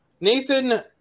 Nathan